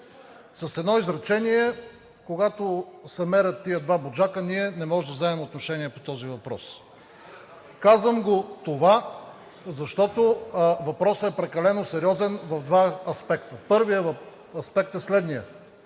С едно изречение, когато се мерят тези два „Буджака“, ние не можем да вземем отношение по този въпрос. Казвам това, защото въпросът е прекалено сериозен в два аспекта. Първият аспект е следният: